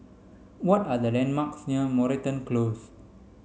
what are the landmarks near Moreton Close